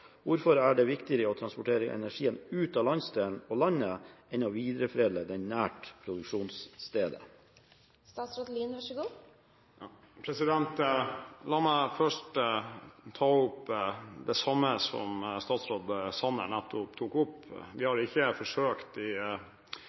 Hvorfor er det viktigere å transportere energien ut av landsdelen og landet enn å videreforedle den nær produksjonsstedet?» La meg først ta opp det samme som statsråd Sanner nettopp var inne på. Vi har ikke forsøkt i